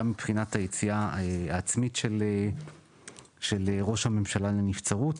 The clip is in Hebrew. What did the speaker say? גם מבחינת היציאה העצמית של ראש הממשלה לנבצרות,